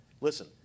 listen